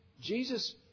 Jesus